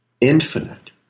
infinite